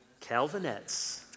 Calvinettes